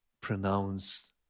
pronounce